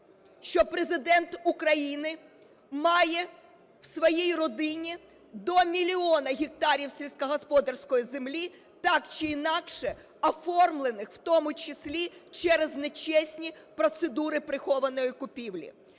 що Президент України має в своїй родині до мільйона гектарів сільськогосподарської землі, так чи інакше оформлених, в тому числі через нечесні процедури прихованої купівлі,